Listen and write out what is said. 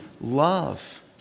love